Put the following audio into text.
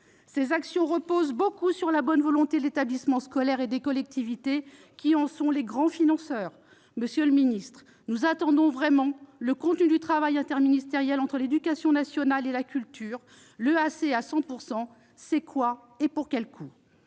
Ces actions reposent beaucoup sur la bonne volonté de l'établissement scolaire et des collectivités, qui en sont les grands financeurs. Monsieur le ministre, nous attendons vraiment le contenu du travail interministériel entre l'éducation nationale et la culture. Cet Objectif 100 % éducation artistique et